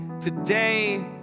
today